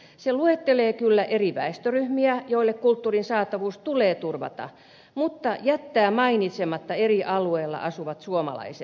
se luettelee kyllä eri väestöryhmiä joille kulttuurin saatavuus tulee turvata mutta jättää mainitsematta eri alueilla asuvat suomalaiset